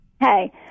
Hey